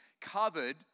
covered